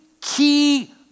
key